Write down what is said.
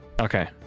Okay